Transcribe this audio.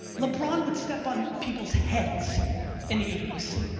lebron would step on people's heads in the eighties.